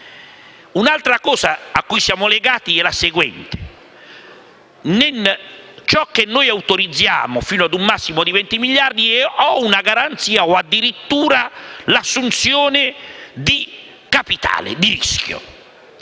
Un'altra cosa a cui siamo legati è la seguente. Ciò che noi autorizziamo fino ad un massimo di 20 miliardi è una garanzia o, addirittura, l'assunzione di capitale di rischio.